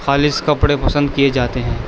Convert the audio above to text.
خالص کپڑے پسند کیے جاتے ہیں